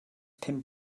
pum